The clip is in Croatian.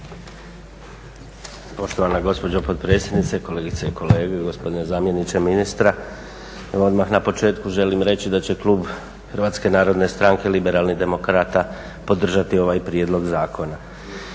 Poštovana gospođo potpredsjednice, kolegice i kolege, gospodine zamjeniče ministra. Evo odmah na početku želim reći da će Klub Hrvatske narodne stranke-liberalnih demokrata podržati ovaj prijedlog zakona.